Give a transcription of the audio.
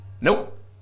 Nope